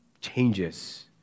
changes